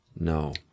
no